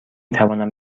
توانم